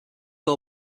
all